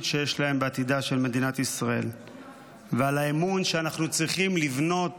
שיש להם בעתידה של מדינת ישראל ועל האמון שאנחנו צריכים לבנות